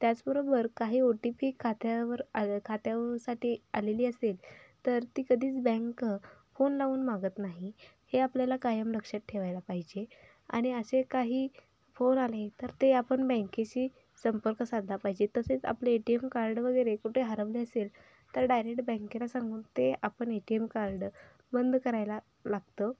त्याचबरोबर काही O T P खात्यावर आ खात्यासाठी आलेली असेल तर ती कधीच बँक फोन लावून मागत नाही हे आपल्याला कायम लक्षात ठेवायला पाहिजे आणि असे काही फोन आले तर ते आपण बँकेशी संपर्क साधला पाहिजे तसेच आपले ए टी एम कार्ड वगैरे कुठे हरवले असेल तर डायरेक्ट बँकेला सांगून ते आपण ए टी एम कार्ड बंद करायला लागतं